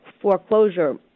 foreclosure